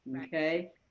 okay